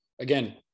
Again